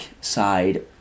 side